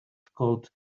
called